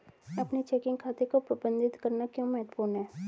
अपने चेकिंग खाते को प्रबंधित करना क्यों महत्वपूर्ण है?